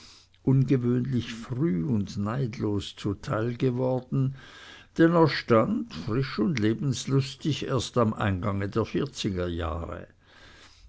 ungewöhnlich früh und neidlos zuteil geworden denn er stand frisch und lebenslustig erst am eingange der vierzigerjahre